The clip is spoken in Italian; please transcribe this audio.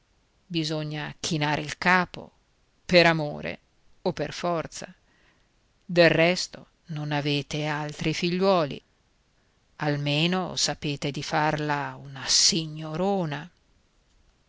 bisogna chinare il capo per amore o per forza del resto non avete altri figliuoli almeno sapete di farla una signorona